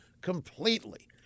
completely